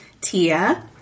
Tia